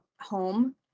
home